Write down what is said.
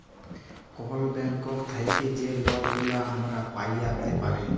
call bank থ্যাইকে যে লটগুলা আমরা প্যাইতে পারি